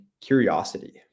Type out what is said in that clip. curiosity